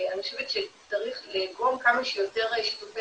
אני חושבת שצריך לאגום כמה שיותר שיתופי